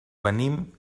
venim